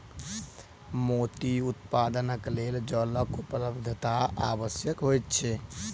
मोती उत्पादनक लेल जलक उपलब्धता आवश्यक होइत छै